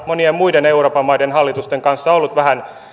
monien muiden euroopan maiden hallitusten kanssa ollut vähän